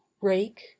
rake